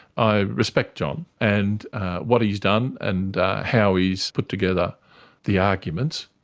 i respect john and what he's done and how he's put together the arguments,